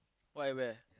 what at where